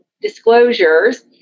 disclosures